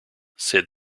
said